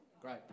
Great